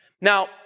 Now